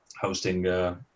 hosting